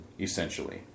essentially